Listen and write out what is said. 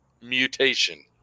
mutation